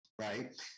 Right